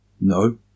No